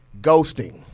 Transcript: Ghosting